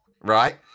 right